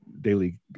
daily